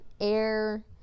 air